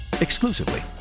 exclusively